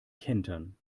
kentern